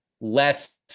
less